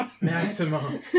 Maximum